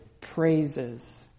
praises